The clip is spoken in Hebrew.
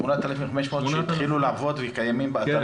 8,500 שהתחילו לעבוד וקיימים באתרים?